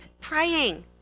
praying